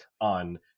on